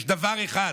יש דבר אחד,